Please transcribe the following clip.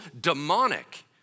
demonic